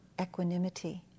equanimity